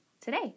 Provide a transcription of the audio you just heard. today